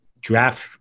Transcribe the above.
draft